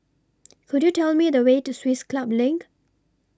Could YOU Tell Me The Way to Swiss Club LINK